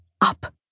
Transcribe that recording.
up